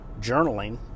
journaling